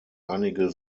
einige